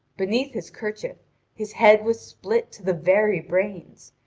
beneath his kerchief his head was split to the very brains,